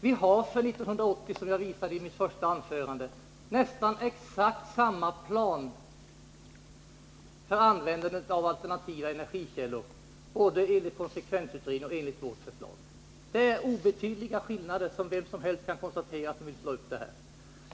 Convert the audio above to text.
Vi har för 1980, som jag visat i mitt första anförande, nästan exakt samma plan för användandet av alternativa energikällor enligt konsekvensutredningen och enligt vårt förslag. Det är obetydliga skillnader som vem som helst kan konstatera som vill slå upp det här.